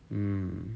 mm